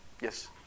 Yes